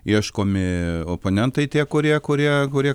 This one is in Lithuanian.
ieškomi oponentai tie kurie kurie kurie